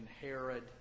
Herod